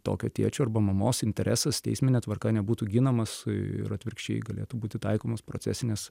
tokio tėčio arba mamos interesas teismine tvarka nebūtų ginamas ir atvirkščiai galėtų būti taikomos procesinės